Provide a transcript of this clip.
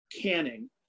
canning